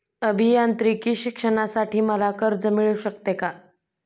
अभियांत्रिकी शिक्षणासाठी मला कर्ज मिळू शकते का?